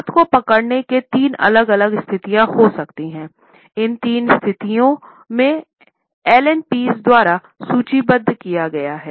हाथ को पकडने की तीन अलग अलग स्थितियाँ हो सकती हैं इन तीनों स्थितियाँ एलन पीज़ द्वारा सूचीबद्ध की गए है